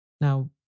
Now